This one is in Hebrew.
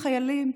חיילים,